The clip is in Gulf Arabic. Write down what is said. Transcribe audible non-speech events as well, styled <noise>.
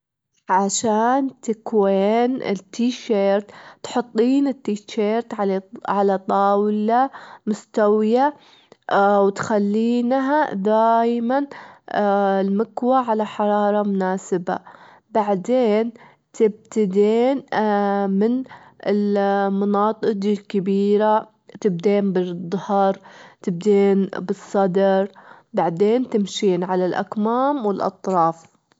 عشان تكوين التيشرت، تحطين التيشرت على طاولة مستوية، وتخلينها دايمًا المكواة على حرارة مناسبة، بعدين تبتدين <hesitation> من المناطج الكبيرة، تبدين بالضهار، تبدبن بالصدر، بعدين تمشين على الأكمام والأطراف.